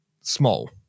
small